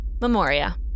Memoria